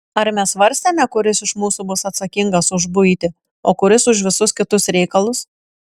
ar mes svarstėme kuris iš mūsų bus atsakingas už buitį o kuris už visus kitus reikalus